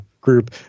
group